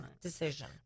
decision